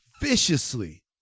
viciously